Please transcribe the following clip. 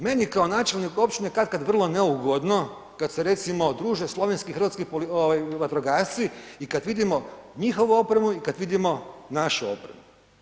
Meni kao načelniku općine je katkad vrlo neugodno kada se recimo druže slovenski i hrvatski vatrogasci i kada vidimo njihovu opremu i kada vidimo našu opremu.